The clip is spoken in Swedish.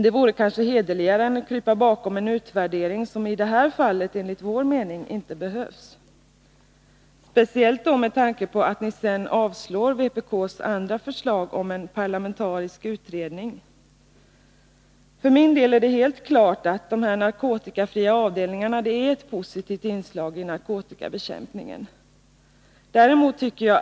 Det vore hederligare att säga det än att krypa bakom en utvärdering som i det här fallet enligt vår mening inte behövs — speciellt med tanke på att ni avstyrker vpk:s andra förslag om en parlamentarisk utredning. För min del anser jag det helt klart att narkotikafria avdelningar är ett positivt inslag i narkotikabekämpningen.